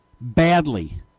Badly